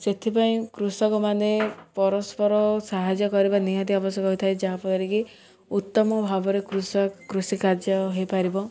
ସେଥିପାଇଁ କୃଷକମାନେ ପରସ୍ପର ସାହାଯ୍ୟ କରିବା ନିହାତି ଆବଶ୍ୟକ ହୋଇଥାଏ ଯାହାଫଳରେ କି ଉତ୍ତମ ଭାବରେ କୃଷକ କୃଷି କାର୍ଯ୍ୟ ହୋଇପାରିବ